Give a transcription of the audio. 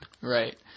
Right